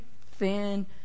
thin